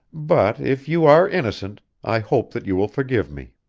but, if you are innocent, i hope that you will forgive me.